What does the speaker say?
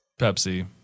Pepsi